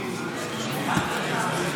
בבקשה.